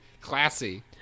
Classy